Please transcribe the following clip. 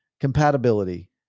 Compatibility